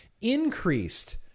increased